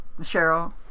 Cheryl